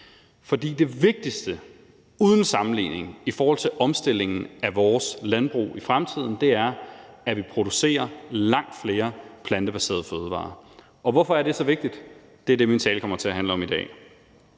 For det vigtigste – uden sammenligning – i forhold til omstillingen af vores landbrug i fremtiden er, at vi producerer langt flere plantebaserede fødevarer. Og hvorfor er det så vigtigt? Det er det, min tale i dag kommer til at handle om.